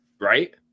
right